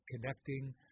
connecting